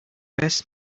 best